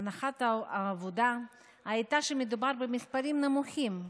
הנחת העבודה הייתה שמדובר במספרים נמוכים,